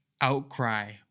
outcry